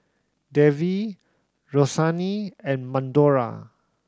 Davie Roseanne and Madora